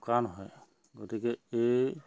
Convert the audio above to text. শুকান হয় গতিকে এই